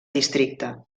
districte